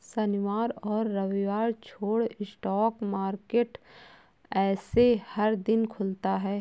शनिवार और रविवार छोड़ स्टॉक मार्केट ऐसे हर दिन खुलता है